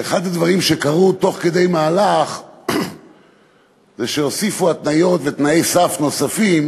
ואחד הדברים שקרו תוך כדי מהלך זה שהוסיפו התניות ותנאי סף נוספים,